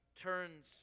turns